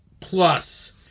Plus